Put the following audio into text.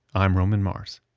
i'm roman mars.